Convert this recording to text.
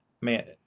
man